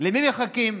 למי מחכים?